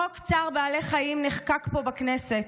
חוק צער בעלי חיים נחקק פה בכנסת,